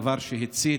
דבר שהצית